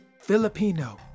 Filipino